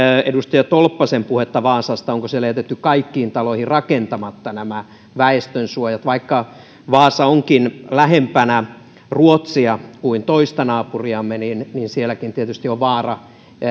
edustaja tolppasen puhetta vaasasta onko siellä jätetty kaikkiin taloihin rakentamatta nämä väestönsuojat vaikka vaasa onkin lähempänä ruotsia kuin toista naapuriamme niin niin sielläkin tietysti on vaarana